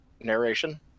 narration